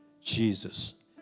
Jesus